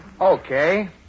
Okay